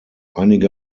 einige